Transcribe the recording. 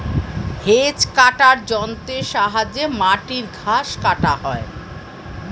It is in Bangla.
হেজ কাটার যন্ত্রের সাহায্যে মাটির ঘাস কাটা হয়